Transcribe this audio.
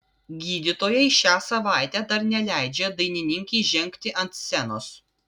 gydytojai šią savaitę dar neleidžia dainininkei žengti ant scenos